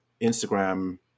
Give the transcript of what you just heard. Instagram